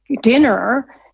dinner